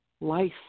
life